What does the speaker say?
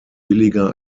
billiger